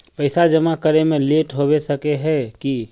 पैसा जमा करे में लेट होबे सके है की?